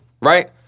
right